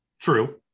true